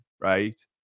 right